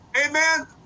amen